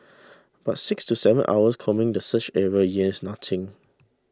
but six to seven hours combing the search area yields nothing